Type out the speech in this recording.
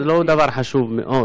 זה לא דבר חשוב מאוד.